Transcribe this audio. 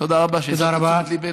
תודה רבה שהסבת את תשומת ליבי,